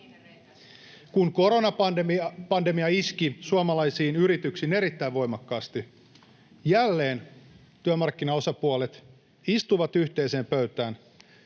Kun koronapandemia iski suomalaisiin yrityksiin erittäin voimakkaasti, jälleen työmarkkinaosapuolet istuivat yhteiseen pöytään